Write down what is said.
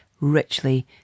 richly